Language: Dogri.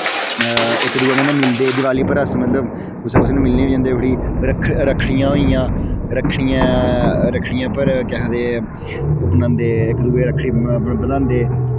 इक दूऐ कन्नै मिलदे देआली उप्पर अस मतलब कुसै कुसै नै मिलने बी जंदे उठी रक्खड़ियां होई गेइयां रक्खड़ियैं उप्पर केह् आखदे ओह् बनांदे इक दूए रक्खड़ी बनांह्दे